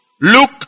look